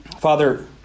Father